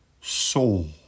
soul